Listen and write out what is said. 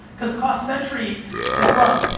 because the cost of entry is low.